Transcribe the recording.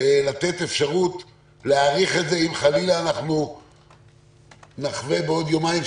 לתת אפשרות להאריך את זה אם חלילה אנחנו נחווה בעוד יומיים,